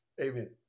amen